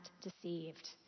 deceived